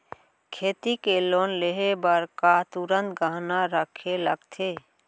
खेती के लोन लेहे बर का तुरंत गहना रखे लगथे?